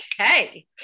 okay